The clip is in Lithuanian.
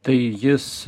tai jis